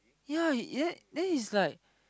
ya he then he's like